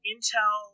Intel